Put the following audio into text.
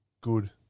good